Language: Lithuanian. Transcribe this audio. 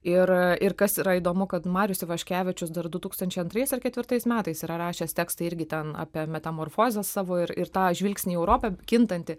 ir ir kas yra įdomu kad marius ivaškevičius dar du tūkstančiai antrais ar ketvirtais metais yra rašęs tekstą irgi ten apie metamorfozę savo ir ir tą žvilgsnį į europą kintantį